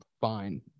fine